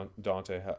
Dante